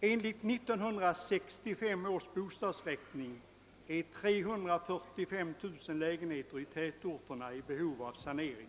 Enligt 1965 års bostadsräkning är 345 000 lägenheter i tätorterna i behov av sanering.